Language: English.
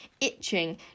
itching